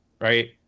right